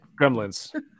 Gremlins